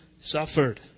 suffered